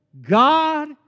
God